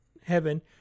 heaven